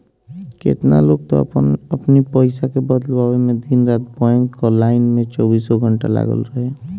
केतना लोग तअ अपनी पईसा के बदलवावे में दिन रात बैंक कअ लाइन में चौबीसों घंटा लागल रहे